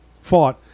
fought